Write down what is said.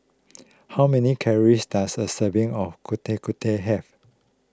how many calories does a serving of Getuk Getuk have